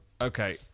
okay